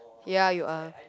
ya you are